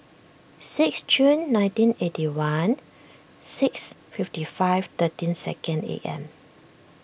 six Jun nineteen eighty one six fifty five thirteen second A M